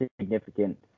significant